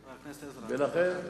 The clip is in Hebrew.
לכן,